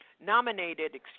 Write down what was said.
nominated